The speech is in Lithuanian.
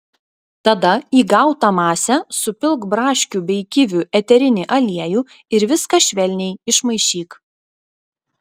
tada į gautą masę supilk braškių bei kivių eterinį aliejų ir viską švelniai išmaišyk